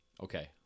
Okay